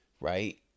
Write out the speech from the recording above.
right